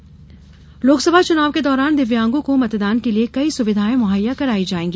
प्रशिक्षण लोकसभा चुनाव के दौरान दिव्यांगों को मतदान के लिये कई सुविधायें मुहैया कराई जायेगी